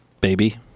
Baby